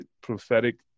prophetic